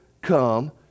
come